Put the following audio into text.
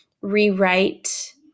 rewrite